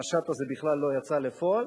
המשט הזה בכלל לא יצא לפועל,